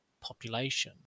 population